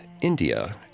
India